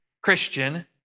Christian